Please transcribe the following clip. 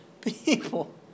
people